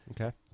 Okay